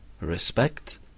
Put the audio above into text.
Respect—